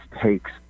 takes